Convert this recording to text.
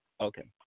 Okay